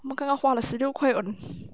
你刚刚花了十六块了呢